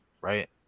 right